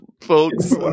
folks